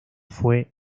fue